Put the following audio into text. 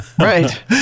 right